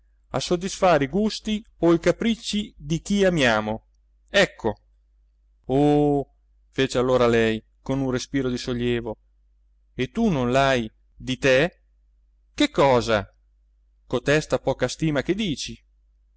a soddisfare i gusti o i capricci di chi amiamo ecco oh fece allora lei con un respiro di sollievo e tu non l'hai di te che cosa cotesta poca stima che dici